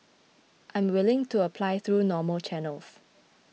I'm willing to apply through normal channels